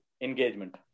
engagement